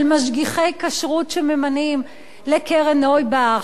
של משגיחי כשרות שממנים לקרן נויבך,